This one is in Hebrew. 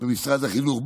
במשרד החינוך,